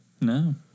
No